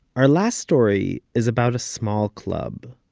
our last story is about a small club.